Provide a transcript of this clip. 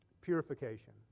purification